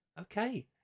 Okay